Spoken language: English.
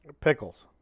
Pickles